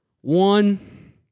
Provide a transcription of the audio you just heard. one